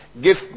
give